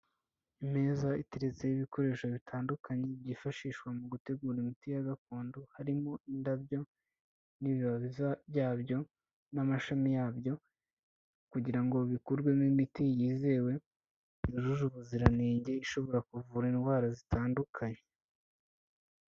Imeza itetseho ibikoresho bitandukanye byifashishwa mu gutegura imiti ya gakondo. Harimo indabyo n'ibibabi byabyo, n'amashami yabyo kugira ngo bikurwemo imiti yizewe yujuje ubuziranenge ishobora kuvura indwara zitandukanye.